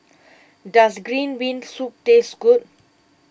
does Green Bean Soup taste good